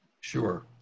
Sure